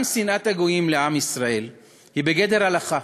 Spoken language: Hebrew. גם שנאת הגויים לעם ישראל היא בגדר הלכה,